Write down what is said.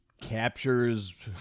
captures